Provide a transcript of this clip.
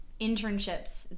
internships